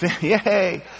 yay